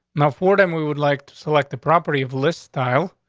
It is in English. no, for them, we would like to select the property of list style,